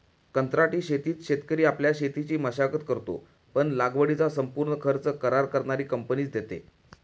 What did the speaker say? कंत्राटी शेतीत शेतकरी आपल्या शेतीची मशागत करतो, पण लागवडीचा संपूर्ण खर्च करार करणारी कंपनीच देते